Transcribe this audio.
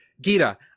Gita